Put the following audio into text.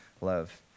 love